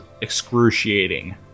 excruciating